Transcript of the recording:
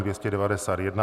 291.